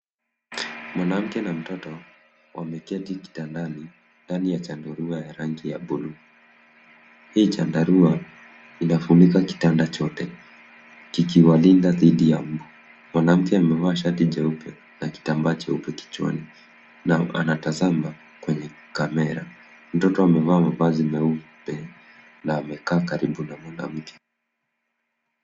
Mwanamke na mtoto wameketi kitandani ndani ya chandarua ya rangi ya blue . Hii chandarua inafunika kitanda chote, kikiwalinda dhidi ya mbu. Mwanamke amevaa shati jeupe na kitambaa cheupe kichwani, na anatazama kwenye kamera. Mtoto amevaa mavazi meupe na amekaa karibu na mwanamke.